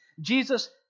Jesus